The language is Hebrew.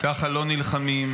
ככה לא נלחמים.